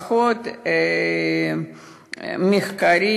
פחות מחקרים.